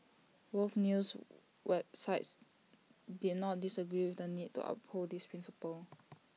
both news wide sites did not disagree with the need to uphold this principle